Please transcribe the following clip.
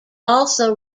also